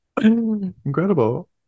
Incredible